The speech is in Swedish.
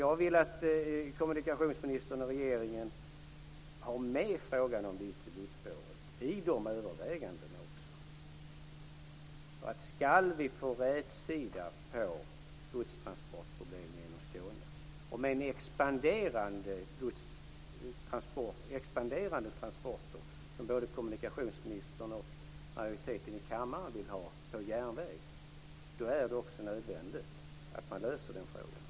Jag vill att kommunikationsministern och regeringen har med frågan om det yttre godsspåret i övervägandena. Om vi skall få rätsida på problemen med expanderande godstransporter på järnväg genom Skåne, som både kommunikationsministern och majoriteten i kammaren vill ha, är det också nödvändigt att lösa problemen.